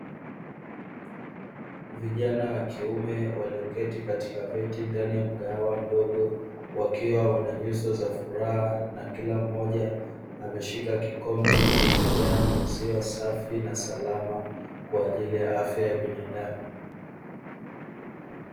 Vijana wa kiume walioketi katika viti ndani ya mgahawa mdogo wakiwawana nyuso za furaha na kila mmoja ameshika kikombe kilichojaa maziwa safi na salama kwaajili ya afya binadamu.